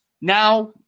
Now